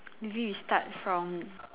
maybe we start from